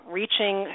reaching